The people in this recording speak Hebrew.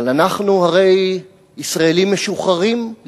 אבל אנחנו הרי ישראלים משוחררים,